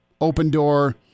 open-door